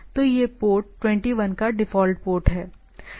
तो यह पोर्ट 21 का डिफ़ॉल्ट पोर्ट है